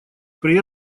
при